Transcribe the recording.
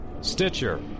Stitcher